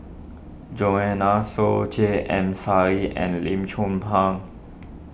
Joanne Soo J M Sali and Lim Chong Pang